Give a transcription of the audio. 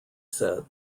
said